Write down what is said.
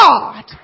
God